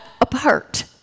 apart